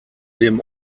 dem